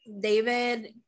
David